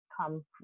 come